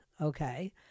okay